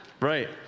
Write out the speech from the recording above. right